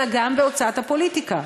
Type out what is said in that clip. אלא גם בהוצאת הפוליטיקה.